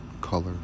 colors